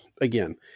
again